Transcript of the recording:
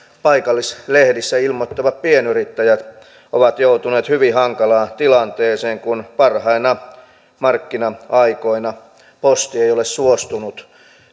paikallislehdissä ilmoittavat pienyrittäjät ovat joutuneet hyvin hankalaan tilanteeseen kun parhaina markkina aikoina posti ei ole suostunut